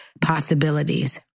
possibilities